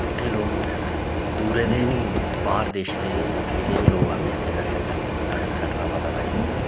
इत्थें लोक दूरै दे नी बाह्र देश दे कंट्री दे बी लोक आंदे इत्थै दर्शन करने साढ़े कटरा माता बैश्नो बिच्च